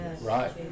Right